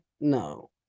No